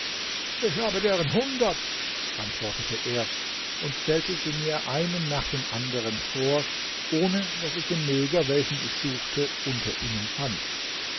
ich habe deren hundert antwortete er und stellte mir sie einen nach dem anderen vor ohne daß ich den neger welchen ich suchte unter ihnen fand